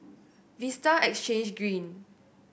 Vista Exhange Green